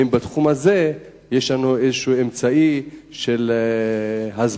והאם בתחום הזה יש לנו איזשהו אמצעי של הסברה.